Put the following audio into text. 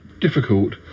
difficult